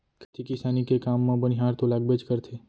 खेती किसानी के काम म बनिहार तो लागबेच करथे